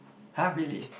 [huh] really